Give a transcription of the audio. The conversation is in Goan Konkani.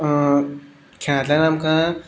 खेळांतल्यान आमकां